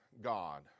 God